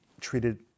treated